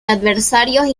adversarios